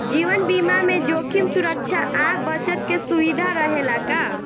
जीवन बीमा में जोखिम सुरक्षा आ बचत के सुविधा रहेला का?